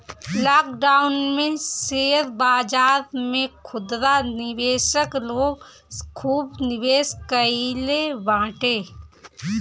lockdown में share बाजार में खुदरा निवेशक लोग खूब निवेश कईले बाटे